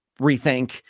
rethink